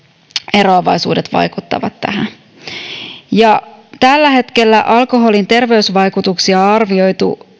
eroavaisuudet vaikuttavat tähän tällä hetkellä alkoholin terveysvaikutuksia on arvioitu